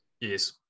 Yes